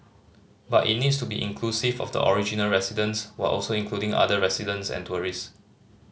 but it needs to be inclusive of the original residents while also including other residents and tourist